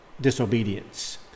disobedience